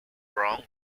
brown